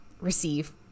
receive